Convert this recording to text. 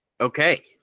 Okay